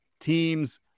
teams